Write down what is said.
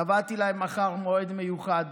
קבעתי להם מחר מועד מיוחד